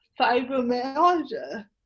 fibromyalgia